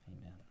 Amen